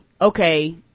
okay